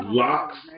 locks